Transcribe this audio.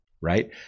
right